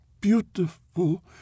Beautiful